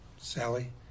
Sally